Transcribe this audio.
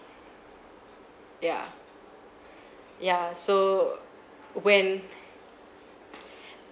yeah ya so when